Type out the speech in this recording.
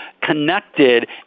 connected